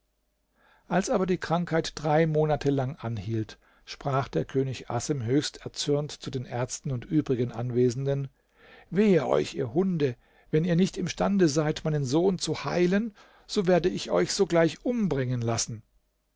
als aber die krankheit drei monate lang anhielt sprach der könig assem höchst erzürnt zu den ärzten und übrigen anwesenden wehe euch ihr hunde wenn ihr nicht imstande seid meinen sohn zu heilen so werde ich euch sogleich umbringen lassen